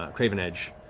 ah craven edge.